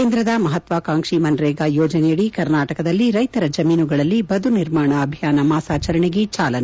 ಕೇಂದ್ರದ ಮಹಾತ್ವಾಕಾಂಕ್ಷಿ ಮ್ರೇಗಾ ಯೋಜನೆಯಡಿ ಕರ್ನಾಟಕದಲ್ಲಿ ರೈತರ ಜಮೀನುಗಳಲ್ಲಿ ಬದು ನಿರ್ಮಾಣ ಅಭಿಯಾನ ಮಾಸಾಚರಣೆಗೆ ಚಾಲನೆ